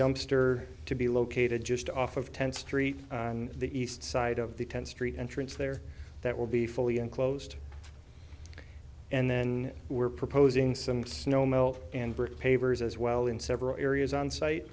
dumpster to be located just off of tenth street on the east side of the tenth street entrance there that will be fully enclosed and then we're proposing some snow melt and brick pavers as well in several areas on site